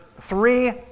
three